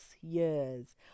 years